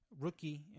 rookie